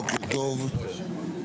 בוקר טוב לכולם,